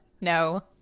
no